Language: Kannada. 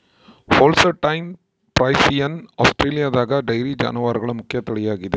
ಹೋಲ್ಸ್ಟೈನ್ ಫ್ರೈಸಿಯನ್ ಆಸ್ಟ್ರೇಲಿಯಾದಗ ಡೈರಿ ಜಾನುವಾರುಗಳ ಮುಖ್ಯ ತಳಿಯಾಗಿದೆ